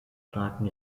starken